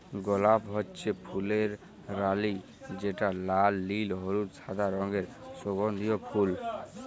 গলাপ হচ্যে ফুলের রালি যেটা লাল, নীল, হলুদ, সাদা রঙের সুগন্ধিও ফুল